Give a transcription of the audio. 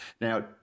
Now